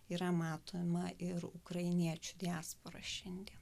yra matoma ir ukrainiečių diaspora šiandien